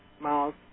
miles